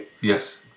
Yes